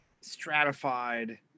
stratified